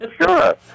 Sure